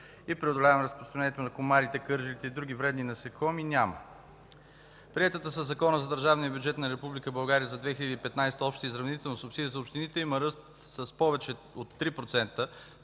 и преодоляване разпространението на комарите, кърлежите и други вредни насекоми няма. Приетата със Закона за държавния бюджет на Република България за 2015 г. Обща изравнителна субсидия за общините има ръст с повече от 3%